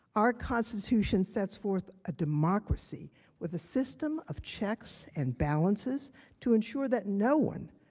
our constitution sets forth a democracy with a system of checks and balances to ensure that no one,